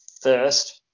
first